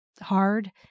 hard